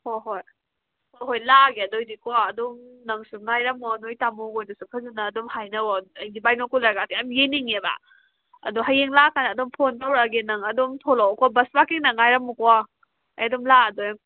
ꯍꯣꯏ ꯍꯣꯏ ꯑꯍꯣꯏ ꯂꯥꯛꯑꯒꯦ ꯑꯗꯨ ꯑꯣꯏꯔꯗꯤ ꯀꯣ ꯑꯗꯨꯝ ꯅꯪꯁꯨ ꯉꯥꯏꯔꯝꯃꯣ ꯅꯣꯏꯒꯤ ꯇꯃꯣ ꯍꯣꯏꯁꯨ ꯐꯖꯟꯅ ꯑꯗꯨꯝ ꯍꯥꯏꯅꯧꯑꯣ ꯑꯩꯗꯤ ꯕꯥꯏꯅꯣꯀꯨꯂ꯭ꯔꯒꯇꯣ ꯌꯥꯝ ꯌꯦꯡꯅꯤꯡꯉꯦꯕ ꯑꯗꯣ ꯍꯌꯦꯡ ꯂꯥꯛꯑꯀꯥꯟꯗ ꯑꯗꯨꯝ ꯐꯣꯟ ꯇꯧꯔꯛꯑꯒꯦ ꯅꯪ ꯑꯗꯨꯝ ꯊꯣꯛꯂꯛꯑꯣꯀꯣ ꯕꯁ ꯄꯥꯔꯀꯤꯡꯗ ꯉꯥꯏꯔꯝꯃꯨꯀꯣ ꯑꯩ ꯑꯗꯨꯝ ꯂꯥꯛꯑꯗꯣꯏꯅꯤ